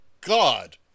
God